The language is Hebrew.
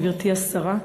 גברתי השרה,